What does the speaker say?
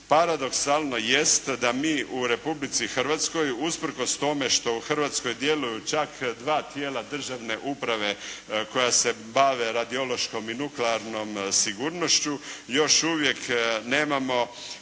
paradoksalno jest da mi u Republici Hrvatskoj usprkos tome što u Hrvatskoj djeluju čak dva tijela državne uprave koja se bave radiološkom i nuklearnom sigurnošću još uvijek nemamo